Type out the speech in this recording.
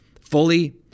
fully